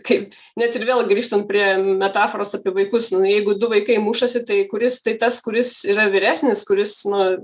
kaip net ir vėl grįžtant prie metaforos apie vaikus jeigu du vaikai mušasi tai kuris tai tas kuris yra vyresnis kuris nu